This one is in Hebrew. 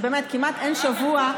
כמעט אין שבוע,